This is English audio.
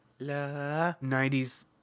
90s